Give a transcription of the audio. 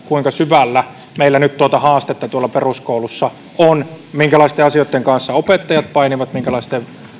kuinka syvällä meillä nyt haastetta tuolla peruskoulussa on minkälaisten asioitten kanssa opettajat painivat minkälaisten